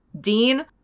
Dean